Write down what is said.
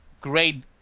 great